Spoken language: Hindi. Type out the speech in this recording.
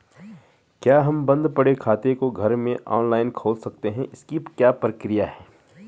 क्या हम बन्द पड़े खाते को घर में ऑनलाइन खोल सकते हैं इसकी क्या प्रक्रिया है?